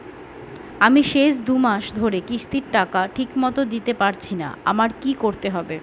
আমি শেষ দুমাস ধরে কিস্তির টাকা ঠিকমতো দিতে পারছিনা আমার কি করতে হবে?